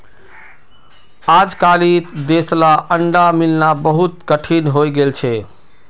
अजकालित देसला अंडा मिलना बहुत कठिन हइ गेल छ